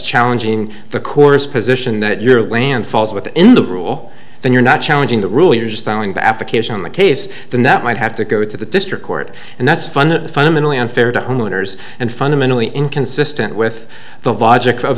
challenging the course position that your land falls within the rule then you're not challenging the rule you're just throwing the application on the case then that might have to go to the district court and that's funded fundamentally unfair to homeowners and fundamentally inconsistent with the